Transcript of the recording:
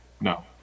No